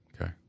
okay